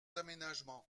aménagements